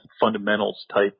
fundamentals-type